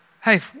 hey